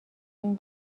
این